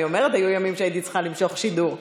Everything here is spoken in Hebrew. אני אומרת, היו ימים שהייתי צריכה למשוך שידור.